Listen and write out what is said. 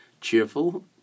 cheerful